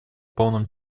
полном